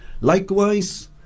likewise